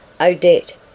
Odette